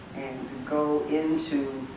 go into